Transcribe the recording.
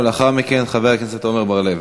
לאחר מכן, חבר הכנסת עמר בר-לב.